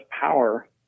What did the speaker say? power